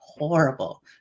Horrible